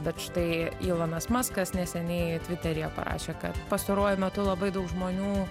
bet štai ylanas maskas neseniai tviteryje parašė kad pastaruoju metu labai daug žmonių